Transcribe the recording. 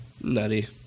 nutty